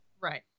Right